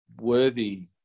worthy